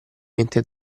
mente